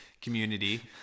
community